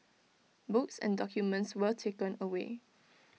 books and documents were taken away